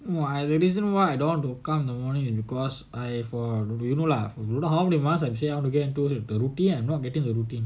!wah! the reason why I don't want to come in the morning is because I for you know lah for don't know how many months I say I want to get into the routine I am not getting into the routine